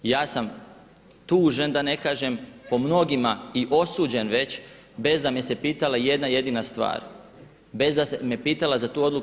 Ja sam tužen da ne kažem po mnogima i osuđen već bez da me se pitala jedna jedina stvar, bez da me se pitala za tu odluku.